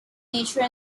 nature